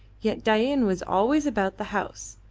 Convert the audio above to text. yet dain was always about the house,